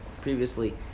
previously